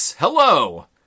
Hello